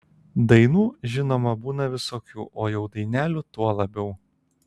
dainų žinoma būna visokių o jau dainelių tuo labiau